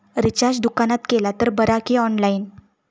Recharge दुकानात केला तर बरा की ऑनलाइन?